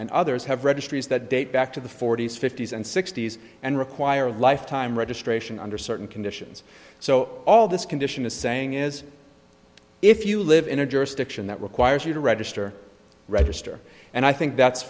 and others have registries that date back to the forty's fifty's and sixty's and require lifetime registration under certain conditions so all this condition is saying is if you live in a jurisdiction that requires you to register register and i think that's